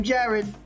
Jared